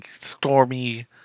stormy